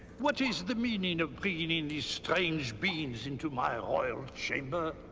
what is the meaning of bringing these strange beings into my and royal chamber?